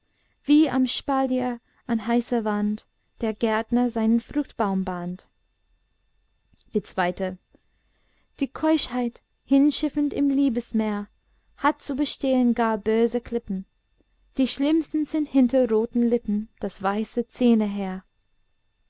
wie am spalier an heißer wand der gärtner seinen fruchtbaum band die zweite die keuschheit hinschiffend im liebesmeer hat zu bestehen gar böse klippen die schlimmsten sind hinter roten lippen das weiße zähneheer und